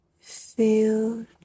Feel